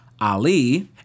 Ali